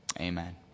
Amen